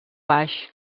baix